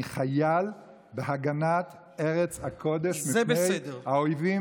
אני חייל בהגנה על ארץ הקודש מפני האויבים